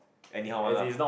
anyhow one lah